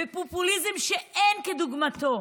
בפופוליזם שאין כדוגמתו.